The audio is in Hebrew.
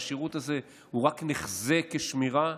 והשירות הזה רק נחזה כשמירה,